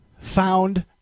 found